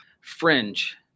fringe